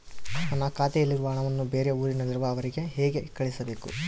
ನನ್ನ ಖಾತೆಯಲ್ಲಿರುವ ಹಣವನ್ನು ಬೇರೆ ಊರಿನಲ್ಲಿರುವ ಅವರಿಗೆ ಹೇಗೆ ಕಳಿಸಬೇಕು?